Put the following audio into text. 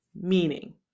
Meaning